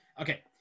Okay